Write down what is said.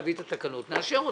צריכים להביא את התקנות נאשר אותן.